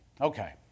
Okay